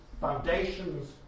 foundations